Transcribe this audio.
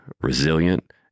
resilient